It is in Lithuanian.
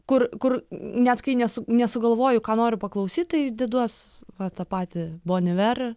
kur kur net kai nes nesugalvoju ką noriu paklausyt tai deduos va tą patį bon iver